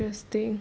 interesting